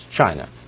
China